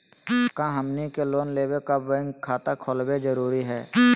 का हमनी के लोन लेबे ला बैंक खाता खोलबे जरुरी हई?